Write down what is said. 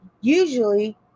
Usually